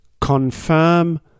confirm